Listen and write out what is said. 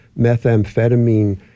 methamphetamine